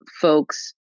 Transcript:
folks